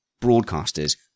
broadcasters